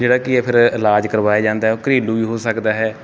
ਜਿਹੜਾ ਕੀ ਹੈ ਫਿਰ ਇਲਾਜ ਕਰਵਾਇਆ ਜਾਂਦਾ ਹੈ ਉਹ ਘਰੇਲੂ ਵੀ ਹੋ ਸਕਦਾ ਹੈ